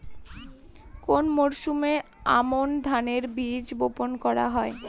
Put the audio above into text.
কোন মরশুমে আমন ধানের বীজ বপন করা হয়?